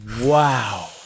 Wow